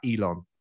elon